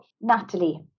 Natalie